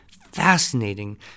Fascinating